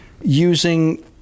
using